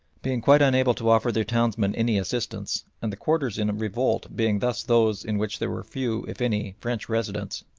being quite unable to offer their townsmen any assistance, and the quarters in revolt being thus those in which there were few, if any, french residents,